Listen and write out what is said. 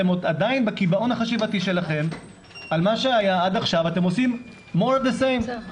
אתם עדיין בקיבעון החשיבתי שלכם ועושים את אותם דברים.